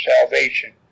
salvation